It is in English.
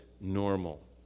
normal